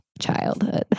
childhood